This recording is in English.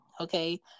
okay